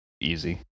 easy